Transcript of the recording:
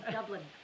Dublin